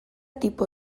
tipo